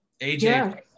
AJ